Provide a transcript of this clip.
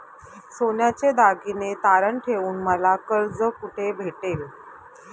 सोन्याचे दागिने तारण ठेवून मला कर्ज कुठे भेटेल?